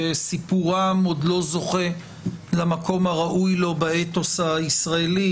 שסיפורם עוד לא זוכה למקום הראוי לו באתוס הישראלי.